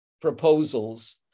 proposals